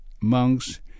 monks